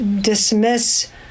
dismiss